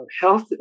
health